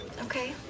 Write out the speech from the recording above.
Okay